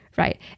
Right